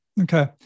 okay